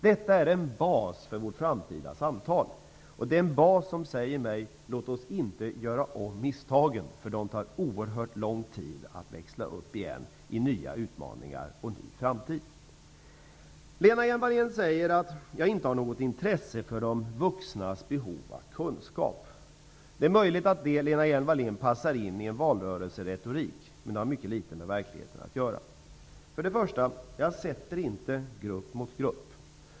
Detta är en bas för vårt framtida samtal, och det är en bas som säger mig: Låt oss inte göra om misstagen, för de tar oerhört lång tid att växla upp igen i nya utmaningar och ny framtid! Lena Hjelm-Wallén säger att jag inte har något intressse för de vuxnas behov av kunskap. Det är möjligt att det passar in en valrörelseretorik, men det har mycket litet med verkligheten att göra. För det första: Jag sätter inte grupp mot grupp.